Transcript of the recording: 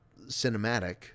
cinematic